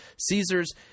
Caesars